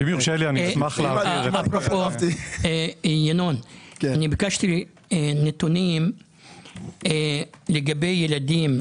אפרופו, ביקשתי נתונים לגבי ילדים,